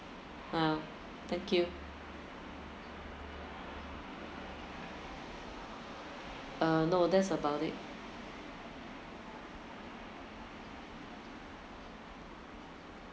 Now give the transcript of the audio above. ah thank you uh no that's about it